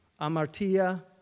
amartia